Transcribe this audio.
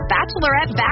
Bachelorette